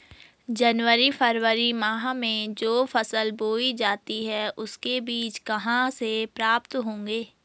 जनवरी फरवरी माह में जो फसल बोई जाती है उसके बीज कहाँ से प्राप्त होंगे?